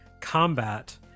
combat